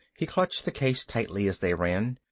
he clutched the case tightly as they ran.